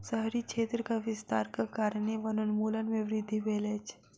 शहरी क्षेत्रक विस्तारक कारणेँ वनोन्मूलन में वृद्धि भेल अछि